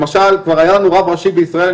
למשל כבר היה לנו רב ראשי בישראל,